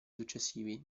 successivi